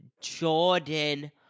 Jordan